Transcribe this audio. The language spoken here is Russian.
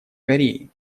кореи